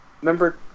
remember